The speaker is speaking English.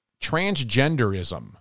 transgenderism